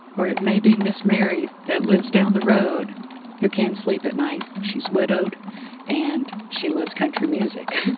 or it may be miss mary that lives down the road who can't sleep at night. she's widowed and she loves country music.